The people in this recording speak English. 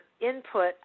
input